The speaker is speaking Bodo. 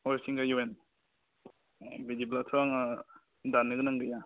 हरिसिंगा इउ एन ए बिदिब्लाथ' आङो दाननो गोनां गैया